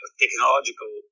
technological